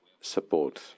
support